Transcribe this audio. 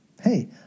hey